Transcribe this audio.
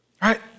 Right